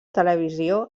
televisió